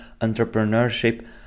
entrepreneurship